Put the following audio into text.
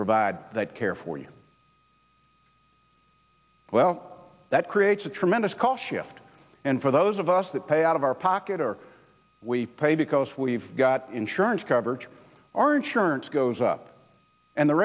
provide that care for you well that creates a tremendous call shift and for those of us that pay out of our pocket or we pay because we've got insurance coverage our insurance goes up and the